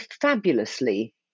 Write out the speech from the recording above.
fabulously